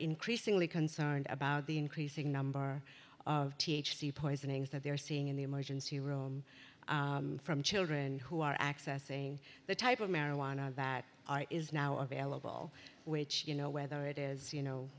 increasingly concerned about the increasing number of t h c poisonings that they're seeing in the emergency room from children who are accessing the type of marijuana that is now available which you know whether it is you know